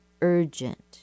urgent